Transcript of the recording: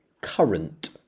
current